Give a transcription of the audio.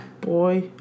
Boy